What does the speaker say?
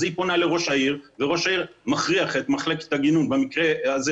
אז היא פונה לראש העיר וראש היער מכריח את מחלקת הגינון במקרה הזה